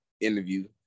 interview